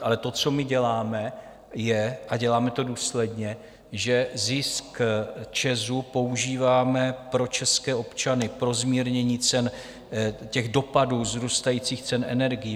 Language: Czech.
Ale to, co děláme a děláme to důsledně, je, že zisk ČEZu používáme pro české občany, pro zmírnění cen dopadů vzrůstajících cen energií.